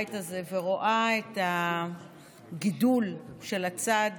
הבית הזה ורואה את הגידול של הצד